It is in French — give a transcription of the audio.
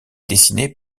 dessinée